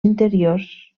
interiors